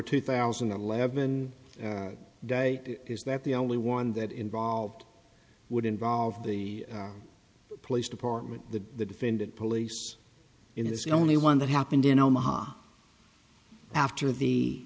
two thousand and eleven day is that the only one that involved would involve the police department the defendant police in this only one that happened in omaha after the